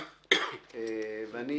ואני